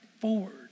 forward